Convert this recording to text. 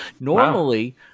Normally